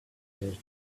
among